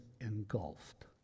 engulfed